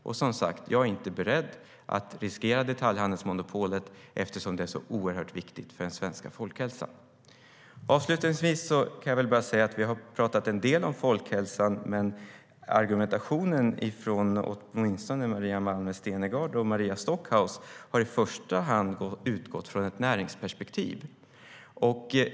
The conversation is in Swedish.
Jag är som sagt inte beredd att riskera detaljhandelsmonopolet eftersom det är så oerhört viktigt för den svenska folkhälsan. Avslutningsvis kan jag bara säga att vi har talat en del om folkhälsan, men argumentationen från åtminstone Maria Malmer Stenergard och Maria Stockhaus har i första hand utgått från ett näringsperspektiv.